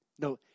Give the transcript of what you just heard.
No